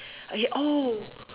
okay oh